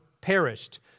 perished